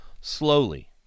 Slowly